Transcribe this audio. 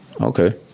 Okay